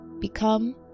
become